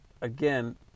again